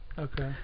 Okay